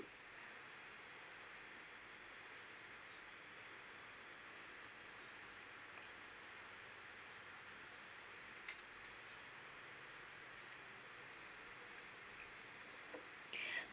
mm